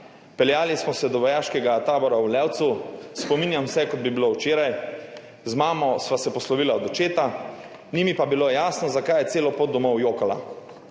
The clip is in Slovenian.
peljali smo se do vojaškega tabora v Levcu, spominjam se, kot bi bilo včeraj, z mamo sva se poslovila od očeta, ni mi pa bilo jasno, zakaj je celo pot domov jokala.